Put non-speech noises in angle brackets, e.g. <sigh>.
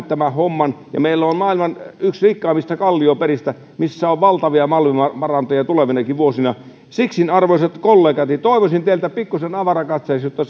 <unintelligible> tämän homman ja meillä on yksi maailman rikkaimmista kallioperistä missä on valtavia malmivarantoja tulevinakin vuosina siksi arvoisat kollegat toivoisin teiltä pikkuisen avarakatseisuutta <unintelligible>